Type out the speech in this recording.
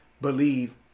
believe